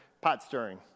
pot-stirring